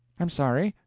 i'm sorry.